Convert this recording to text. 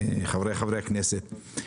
חברי חברי הכנסת,